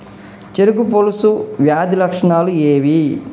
చెరుకు పొలుసు వ్యాధి లక్షణాలు ఏవి?